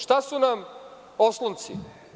Šta su nam oslonci?